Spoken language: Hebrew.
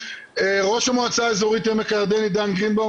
ראש המועצה האזורית עמק הירדן עידן גרינבאום,